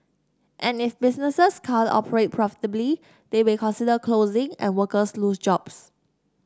and if businesses can't operate profitably they may consider closing and workers lose jobs